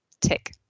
Tick